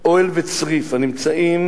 אוהל וצריף הנמצאים